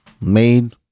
made